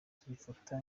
tubifata